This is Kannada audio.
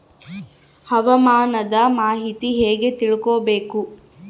ಹವಾಮಾನದ ಮಾಹಿತಿ ಹೇಗೆ ತಿಳಕೊಬೇಕು?